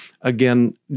again